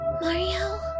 Mario